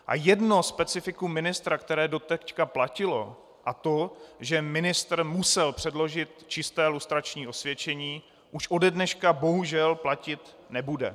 A jedno specifikum ministra, které doteď platilo, a to že ministr musel předložit čisté lustrační osvědčení, už ode dneška bohužel platit nebude.